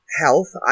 health